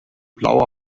blauer